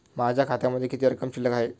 माझ्या खात्यामध्ये किती रक्कम शिल्लक आहे?